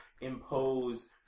impose